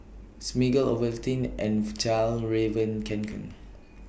Smiggle Ovaltine and Fjallraven Kanken